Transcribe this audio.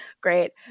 Great